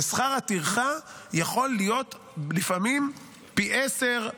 ושכר הטרחה יכול להיות לפעמים פי עשרה,